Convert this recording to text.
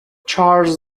چارلز